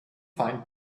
find